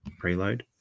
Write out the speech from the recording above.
preload